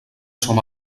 som